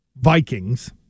Vikings